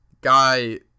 Guy